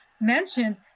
mentioned